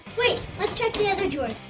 wait, let's check the other drawers.